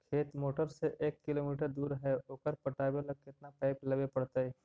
खेत मोटर से एक किलोमीटर दूर है ओकर पटाबे ल केतना पाइप लेबे पड़तै?